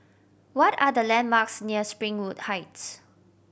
what are the landmarks near Springwood Heights